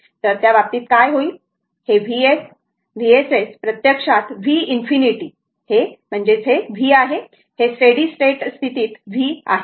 तर त्या बाबतीत काय होईल हे Vs Vss प्रत्यक्षात v ∞ हे v आहे हे स्टेडी स्टेट स्थितीत v आहे